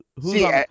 See